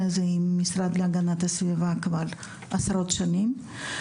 הזה עם המשרד להגנת הסביבה כבר עשרות שנים.